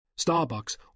Starbucks